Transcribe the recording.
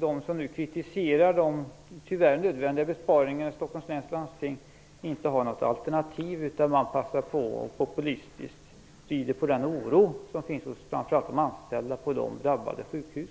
de som kritiserar de tyvärr nödvändiga besparingarna i Stockholms läns landsting inte har något alternativ, utan man passar på att populistiskt rida på den oro som finns hos framför allt de anställda på de drabbade sjukhusen.